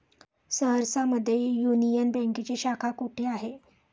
सहरसा मध्ये युनियन बँकेची शाखा कुठे आहे?